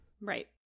Right